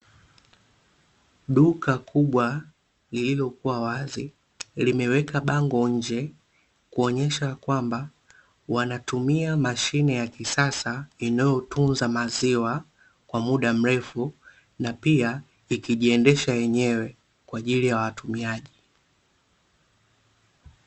Duka kubwa lililokuwa wazi, limeweka bango nje kuonyesha kwamba wanatumia mashine ya kisasa inayotunza maziwa kwa muda mrefu na pia ikijiendesha yenyewe kwa ajili ya watumiaji.